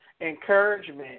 encouragement